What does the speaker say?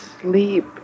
sleep